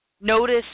notice